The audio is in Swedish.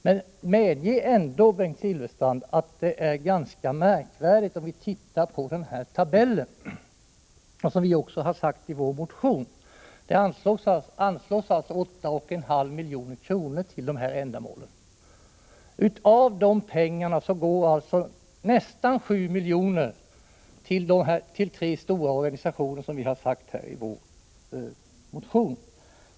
Men medge ändå, Bengt Silfverstrand, att intrycket blir ganska märkligt, om vi tittar på den här tabellen, något som vi också framhållit i vår motion. Det anslås 8,5 milj.kr. till de här ändamålen. Av de pengarna går, som vi har haft sagt i motionen, nästan 7 milj.kr. till tre stora organisationer.